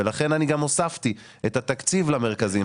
לכן אני גם הוספתי את התקציב למרכזים.